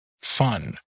fun